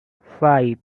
five